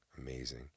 amazing